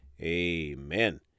Amen